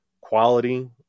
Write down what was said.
quality